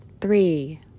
three